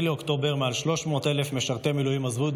ב-7 באוקטובר מעל 300,000 משרתי מילואים עזבו את